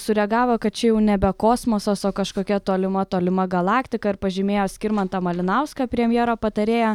sureagavo kad čia jau nebe kosmosos o kažkokia tolima tolima galaktika ir pažymėjo skirmantą malinauską premjero patarėją